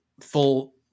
full